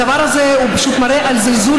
הדבר הזה פשוט מראה על זלזול,